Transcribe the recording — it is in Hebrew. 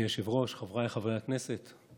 אדוני היושב-ראש, חבריי חברי הכנסת,